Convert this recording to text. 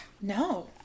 No